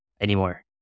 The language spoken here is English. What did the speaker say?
anymore